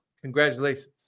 Congratulations